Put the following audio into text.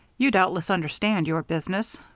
you doubtless understand your business,